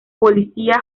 policía